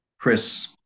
Chris